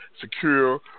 secure